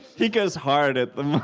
he goes hard at